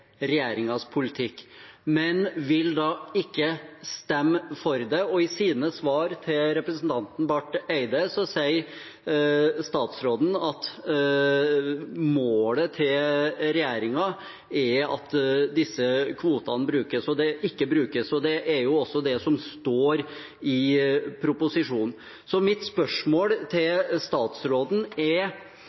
politikk, men vil ikke stemme for det, og i sine svar til representanten Barth Eide sier statsråden at målet til regjeringen er at disse kvotene ikke brukes. Det er også det som står i proposisjonen. Mine spørsmål til statsråden er: